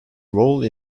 role